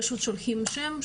פשוט שולחים שם,